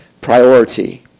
priority